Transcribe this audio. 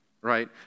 right